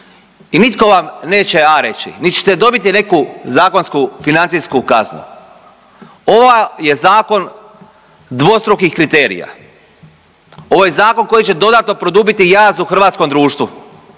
i nitko vam neće „a“ reći niti ćete dobiti neku zakonsku financijsku kaznu. Ovo je zakon dvostrukih kriterija. Ovo je zakon koji će dodatno produbiti jaz u hrvatskom društvu.